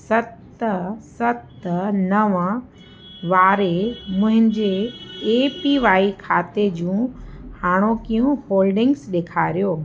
सत सत नव वारे मुंहिंजे ए पी वाई खाते जूं हाणोकियूं हॉलिडिंग्स ॾेखारियो